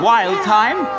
Wildtime